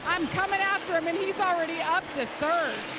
i'm coming after him. and he is already up to third.